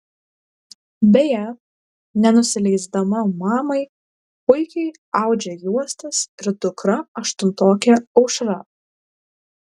beje nenusileisdama mamai puikiai audžia juostas ir dukra aštuntokė aušra